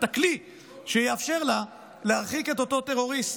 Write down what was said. הכלי שיאפשר לה להרחיק את אותו טרוריסט.